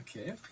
Okay